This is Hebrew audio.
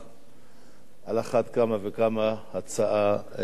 על אחת כמה וכמה הצעת החוק שלכם,